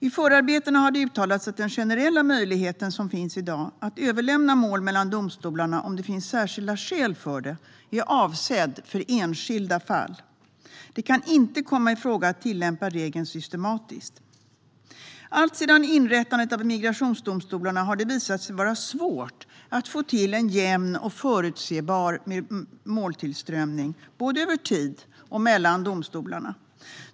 I förarbetena har det uttalats att den generella möjlighet som finns i dag att överlämna mål mellan domstolarna om det finns särskilda skäl för det är avsedd för enskilda fall. Det kan inte komma i fråga att tillämpa regeln systematiskt. Alltsedan inrättandet av migrationsdomstolarna har det visat sig vara svårt att få till en jämn och förutsebar måltillströmning, både över tid och mellan domstolarna.